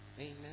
Amen